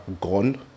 gone